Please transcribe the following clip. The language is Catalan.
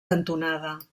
cantonada